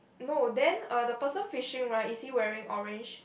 no then uh the person fishing right is he wearing orange